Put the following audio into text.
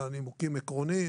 אלא נימוקים עקרוניים,